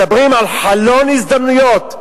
מדברים על חלון הזדמנויות,